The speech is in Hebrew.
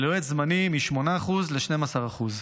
וליועץ זמני, מ-8% ל-12%.